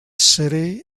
sitting